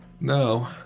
No